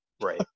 Right